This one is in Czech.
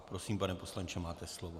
Prosím, pane poslanče, máte slovo.